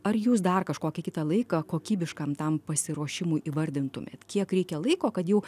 ar jūs dar kažkokį kitą laiką kokybiškam tam pasiruošimui įvardintumėt kiek reikia laiko kad jau